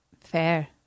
Fair